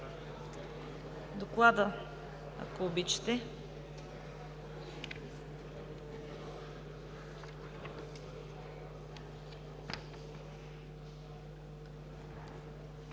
доклада, ако обичате.